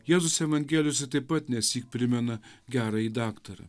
jėzus evangelijose taip pat nesyk primena gerąjį daktarą